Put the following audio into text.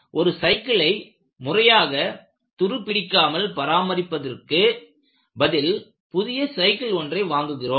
ஒரு சைக்கிளை முறையாக துரு பிடிக்காமல் பராமரிப்பதற்கு பதில் புதிய சைக்கிள் ஒன்று வாங்குகிறோம்